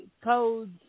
codes